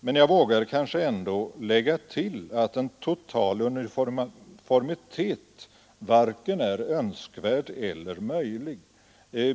Men jag vågar kanske ändå lägga till att en total uniformitet varken är önskvärd eller möjlig.